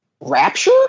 Rapture